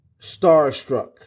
starstruck